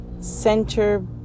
center